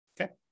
okay